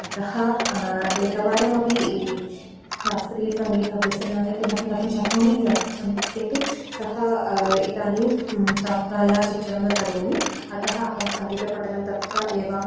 अतः एकवारमपि शास्त्रीयसङ्गीत अभ्यसनाय किमपि कर्तुं शक्नोमि इति इच्छामि किन्तु सः इदानीं छात्राय शिक्षणं न करोमि अतः अहं सङ्गीतपठनं तत्र एव